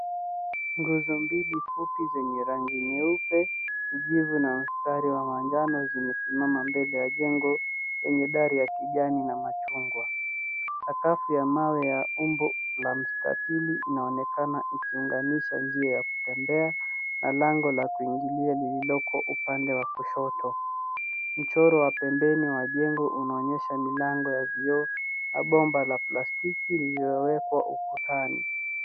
Nguzo mbili fupi zenye rangi nyeupe, kijivu na mistari ya manjano zimesimama mbele ya jengo lenye dari ya kijani na machungwa. Sakafu ya mawe ya umbo la mstatili inaonekana ikiunganisha njia ya kutembea na lango la kuingilia lililoko upande wa kushoto. Mchoro wa pembeni wa jengo unaonyesha milango ya vioo na bomba la plastiki lililowekwa ukutani.